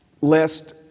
lest